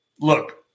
look